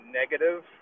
negative